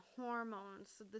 hormones